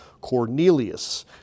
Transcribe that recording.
Cornelius